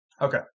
Okay